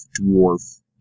Dwarf